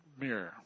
mirror